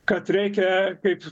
kad reikia kaip